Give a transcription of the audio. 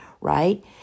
right